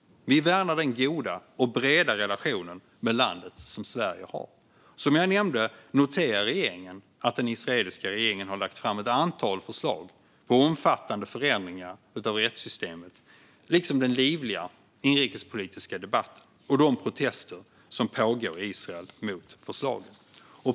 Vi värnar den goda och breda relationen med landet som Sverige har. Som jag nämnde noterar regeringen att den israeliska regeringen har lagt fram ett antal förslag på omfattande förändringar av rättssystemet, liksom den livliga inrikespolitiska debatt och de protester som pågår i Israel mot förslagen.